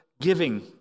giving